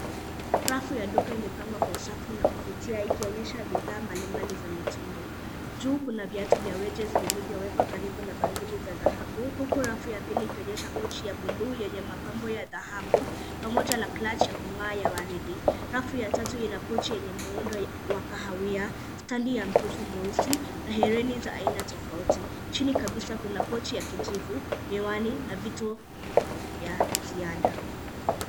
Rafu ya duka imepangwa kwa usafi na kuvutia ikionyesha bidhaa mbalimbali za mitindo. Juu kuna viatu za wedges zilizowekwa karibu na bangili za dhahabu, huku rafu ya pili ikionyesha pochi ya bluu yenye mapambo ya dhahabu, pamoja na klachi ya kung'aa ya waridi. Rafu ya tatu ina pochi yenye muundo wa kahawia, standi ya mkufu mweusi, na herini za aina tofauti. Chini kabisa kuna pochi ya kijivu, miwani, na vitu vya ziada.